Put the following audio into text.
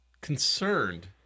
concerned